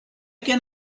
can